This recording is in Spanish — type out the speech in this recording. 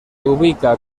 ubica